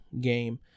game